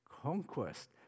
conquest